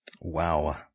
Wow